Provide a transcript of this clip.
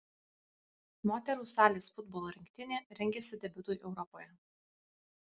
moterų salės futbolo rinktinė rengiasi debiutui europoje